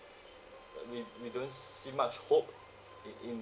like if we don't see much hope in in